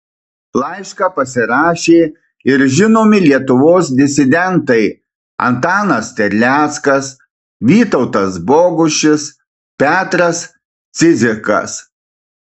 laišką pasirašė ir žinomi lietuvos disidentai antanas terleckas vytautas bogušis petras cidzikas